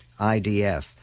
IDF